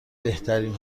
بهترین